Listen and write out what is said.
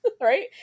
right